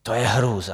To je hrůza!